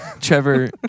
trevor